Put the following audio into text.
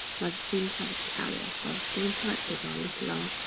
mother's phenotype is carrier. father's phenotype, big r, little ah